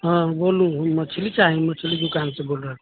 हँ बोलू मछली चाही हम मछली दोकान से बोल रहल छी